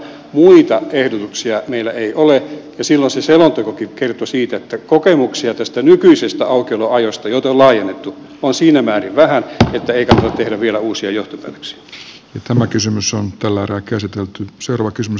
muita ehdotuksia meillä ei ole ja silloin se selontekokin kertoi siitä että kokemuksia näistä nykyisistä aukioloajoista joita on laajennettu on siinä määrin vähän että ei kannata tehdä vielä uusia johtopäätöksiä